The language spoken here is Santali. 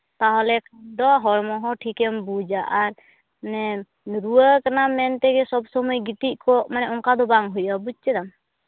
ᱛᱟᱦᱚᱞᱮ ᱠᱷᱟᱱ ᱫᱚ ᱦᱚᱲᱢᱚ ᱦᱚᱸ ᱴᱷᱤᱠᱮᱢ ᱵᱩᱡᱟ ᱟᱨ ᱨᱩᱣᱟᱹ ᱟᱠᱟᱱᱟᱢ ᱢᱮᱱᱛᱮᱜᱮ ᱥᱚᱵ ᱥᱚᱢᱚᱭ ᱜᱤᱛᱤᱡ ᱠᱚᱜ ᱚᱱᱠᱟ ᱫᱚ ᱵᱟᱝ ᱦᱩᱭᱩᱜᱼᱟ ᱵᱩᱡᱽ ᱠᱮᱫᱟᱢ